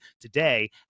today